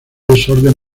desorden